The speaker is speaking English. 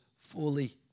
Fully